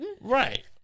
right